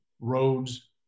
roads